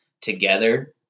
together